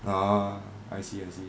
ah I see I see